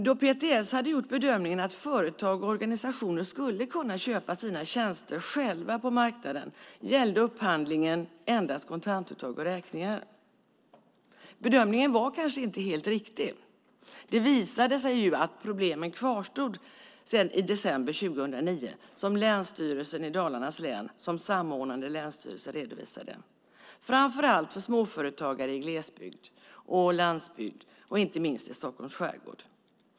Då PTS hade gjort bedömningen att företag och organisationer själva skulle kunna köpa sina tjänster på marknaden gällde upphandlingen endast kontantuttag och räkningar. Bedömningen var kanske inte helt riktig. Det visade sig ju i december 2009 att problemen kvarstod, vilket Länsstyrelsen i Dalarnas län som samordnande länsstyrelse redovisade. Framför allt gällde det småföretagare i glesbygd och landsbygd, inte minst i Stockholms skärgård.